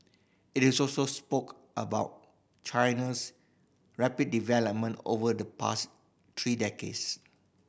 it is also spoke about China's rapid development over the past three decades